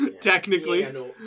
technically